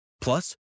Plus